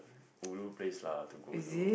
ulu place lah to go to